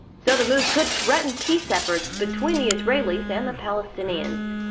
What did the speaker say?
so the move could threaten peace efforts between the israelis and the palestinians.